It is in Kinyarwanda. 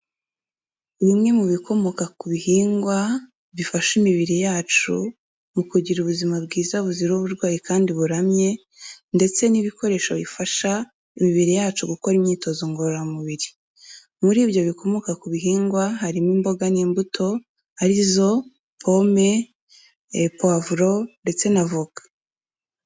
Bimwe mu bikomoka ku bihingwa bifasha imibiri yacu mu kugira ubuzima bwiza buzira uburwayi kandi buramye ndetse n'ibikoresho bifasha imibiri yacu gukora imyitozo ngororamubiri, muri ibyo bikomoka ku bihingwa harimo imboga n'imbuto, arizo pome, pavuro ndetse na voka.